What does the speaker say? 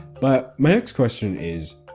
but my next question is,